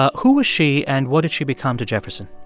ah who was she, and what did she become to jefferson?